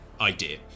idea